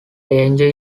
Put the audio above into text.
danger